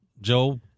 Joe